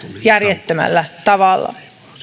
järjettömällä tavalla